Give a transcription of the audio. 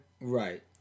Right